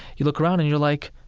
you look around, and you're like,